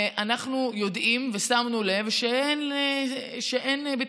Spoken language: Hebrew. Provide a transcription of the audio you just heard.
אנחנו יודעים ושמנו לב שאין ביטחון